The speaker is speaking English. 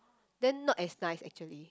then not as nice actually